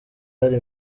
hari